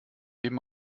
eben